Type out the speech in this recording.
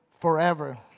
forever